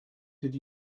did